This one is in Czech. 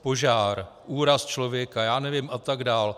Požár, úraz člověka, já nevím, a tak dál.